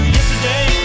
Yesterday